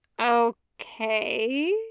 Okay